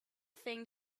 thing